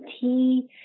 tea